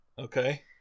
Okay